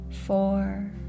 Four